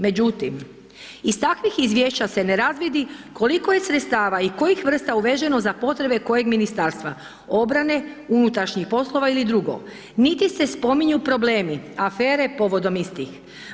Međutim, iz takvih izvješća se ne razvidi koliko je sredstava i kojih vrsta uveženo za potrebe kojeg ministarstva, obrane, unutrašnjih poslova ili drugo, niti se spominju problemi, afere povodom istih.